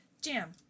Jam